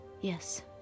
Yes